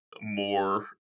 more